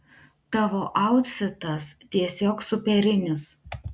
tavo autfitas tiesiog superinis